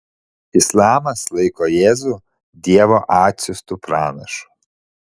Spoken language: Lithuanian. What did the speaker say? islamas laiko jėzų dievo atsiųstu pranašu